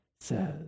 says